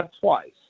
twice